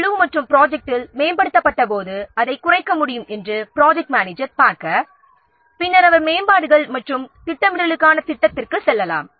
குழு மற்றும் ப்ரொஜெக்ட் மேம்படுத்தப்பட்டபோது ஏற்பட்ட தாக்கதை எவ்வாறு குறைக்க முடியும் என்று ப்ராஜெக்ட் மேனேஜர் பார்க்க வேண்டும் பின்னர் அவர் மேம்பாடுகள் மற்றும் திட்டமிடலுக்கான திட்டத்திற்கு செல்லலாம்